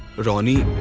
ronnie?